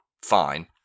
fine